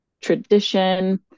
tradition